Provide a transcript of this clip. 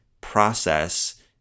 process